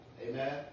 Amen